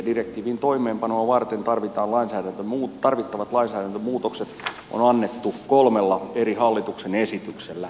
direktiivin toimeenpanoa varten tarvittavat lainsäädäntömuutokset on annettu kolmella eri hallituksen esityksellä